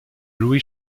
louis